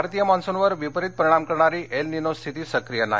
भारतीय मान्सूनवर विपरित परिणाम करणारी एल निनो स्थिती सक्रीय नाही